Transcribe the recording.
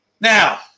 Now